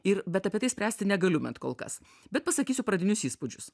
ir bet apie tai spręsti negaliu bent kol kas bet pasakysiu pradinius įspūdžius